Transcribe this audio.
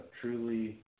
truly